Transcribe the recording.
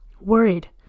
worried